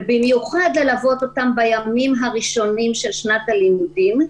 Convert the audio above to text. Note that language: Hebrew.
ובמיוחד ללוות אותם בימים הראשונים של שנת הלימודים,